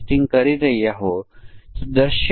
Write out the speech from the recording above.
હવે ચાલો હવે પછીની સમસ્યા જોઈએ